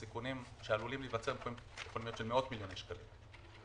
הסיכונים שעלולים להיווצר יכולים להיות של מאות-מיליוני שקלים.